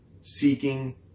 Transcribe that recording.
seeking